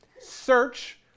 Search